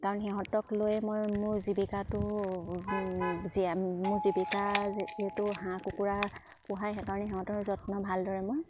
কাৰণ সিহঁতক লৈয়ে মই মোৰ জীৱিকাটো জীয়াই মোৰ জীৱিকা যিহেতু হাঁহ কুকুৰা পোহাই সেইকাৰণে সিহঁতৰ যত্ন ভালদৰে মই